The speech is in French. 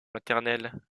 maternelle